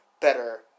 better